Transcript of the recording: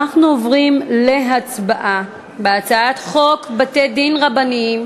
אנחנו עוברים להצבעה על הצעת חוק בתי-דין רבניים